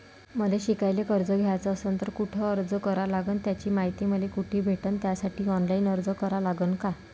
मले शिकायले कर्ज घ्याच असन तर कुठ अर्ज करा लागन त्याची मायती मले कुठी भेटन त्यासाठी ऑनलाईन अर्ज करा लागन का?